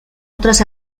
otras